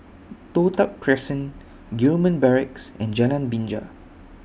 Toh Tuck Crescent Gillman Barracks and Jalan Binja